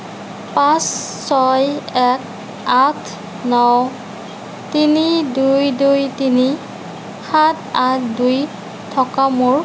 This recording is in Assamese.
পাঁচ ছয় এক আঠ ন তিনি দুই দুই তিনি সাত আঠ দুই থকা মোৰ